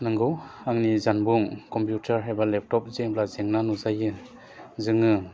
नोंगौ आंनि जानबुं कम्पिउटार एबा लेपटप जेब्ला जेंना नुजायो जोङो